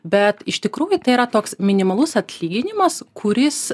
bet iš tikrųjų tai yra toks minimalus atlyginimas kuris